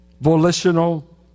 volitional